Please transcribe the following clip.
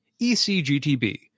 ECGTB